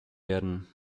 werden